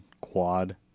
quad